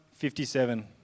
57